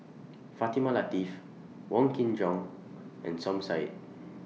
Fatimah Lateef Wong Kin Jong and Som Said